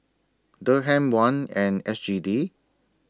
Dirham Won and S G D